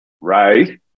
Right